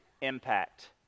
impact